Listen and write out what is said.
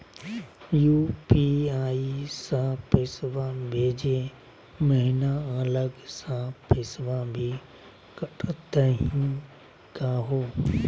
UPI स पैसवा भेजै महिना अलग स पैसवा भी कटतही का हो?